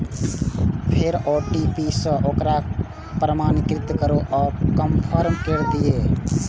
फेर ओ.टी.पी सं ओकरा प्रमाणीकृत करू आ कंफर्म कैर दियौ